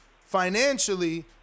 financially